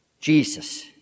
Jesus